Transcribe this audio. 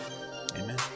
Amen